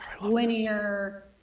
linear